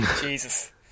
Jesus